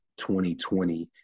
2020